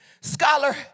scholar